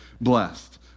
blessed